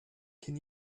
can